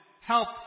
help